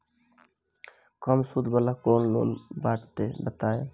कम सूद वाला कौन लोन बाटे बताव?